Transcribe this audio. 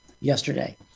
yesterday